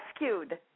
rescued